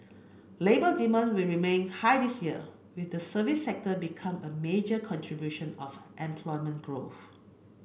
labour demand will remain high this year with the services sector being a major contribution of employment growth